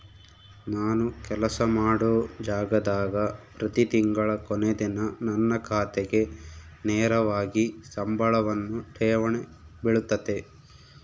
ನಾನು ಕೆಲಸ ಮಾಡೊ ಜಾಗದಾಗ ಪ್ರತಿ ತಿಂಗಳ ಕೊನೆ ದಿನ ನನ್ನ ಖಾತೆಗೆ ನೇರವಾಗಿ ಸಂಬಳವನ್ನು ಠೇವಣಿ ಬಿಳುತತೆ